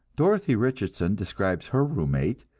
dorothy richardson describes her room-mate,